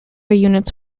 units